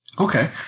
Okay